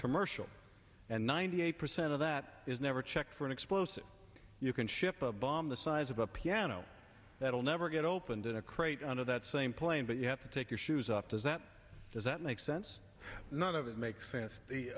commercial and ninety eight percent of that is never checked for an explosive you can ship a bomb the size of a piano that will never get opened in a crate under that same plane but you have to take your shoes off does that does that make sense none of it makes sense the